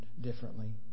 differently